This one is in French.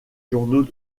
journaux